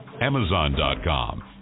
Amazon.com